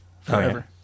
forever